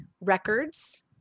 records